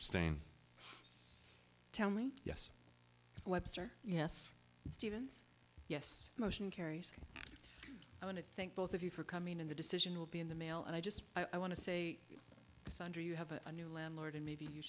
stand tell me yes webster yes stevens yes motion carries i want to thank both of you for coming in the decision will be in the mail and i just i want to say you have a new landlord and maybe you